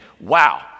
wow